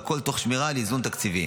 והכל תוך שמירה על איזון תקציבי.